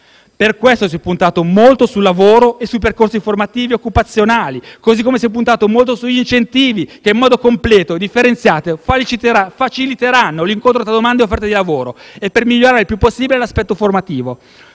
Per questo si è puntato molto sul lavoro e sui percorsi formativi e occupazionali, così come si è puntato molto sugli incentivi che in modo completo e differenziato faciliteranno l'incontro tra domanda e offerta di lavoro e per migliorare il più possibile l'aspetto formativo.